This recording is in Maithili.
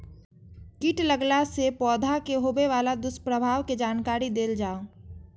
कीट लगेला से पौधा के होबे वाला दुष्प्रभाव के जानकारी देल जाऊ?